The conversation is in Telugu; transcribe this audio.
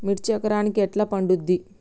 మిర్చి ఎకరానికి ఎట్లా పండుద్ధి?